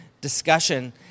discussion